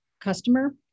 customer